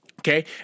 Okay